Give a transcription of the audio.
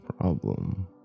problem